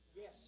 Yes